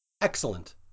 Excellent